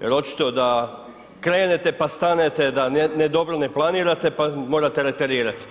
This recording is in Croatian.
jer očito da krenete pa stanete, da dobro ne planirate pa morate reterirati.